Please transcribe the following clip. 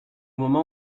moment